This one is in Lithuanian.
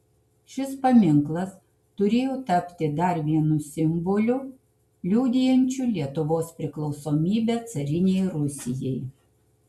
šis paminklas turėjo tapti dar vienu simboliu liudijančiu lietuvos priklausomybę carinei rusijai